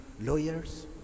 lawyers